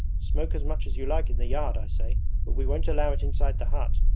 smoke as much as you like in the yard, i say, but we won't allow it inside the hut.